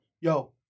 Yo